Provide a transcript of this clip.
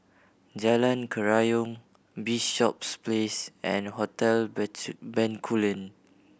Jalan Kerayong Bishops Place and Hotel Bencoolen